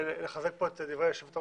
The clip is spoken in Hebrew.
ואני חייב לחזק פה את דברי היושבת-ראש,